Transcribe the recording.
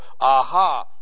aha